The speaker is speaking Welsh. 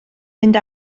mynd